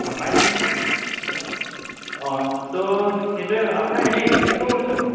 অঁ পাই যাম নে ছাইজ দাদা অঁ তো সেইটোৱেই আৰু আপোনাৰ এনেই ল'কেশ্যনটো ক'ত আছে বাৰু